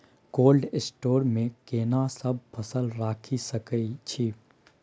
Cold store मे केना सब फसल रखि सकय छी?